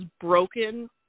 broken